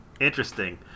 Interesting